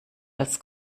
als